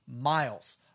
miles